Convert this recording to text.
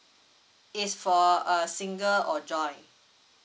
it's for err single or joint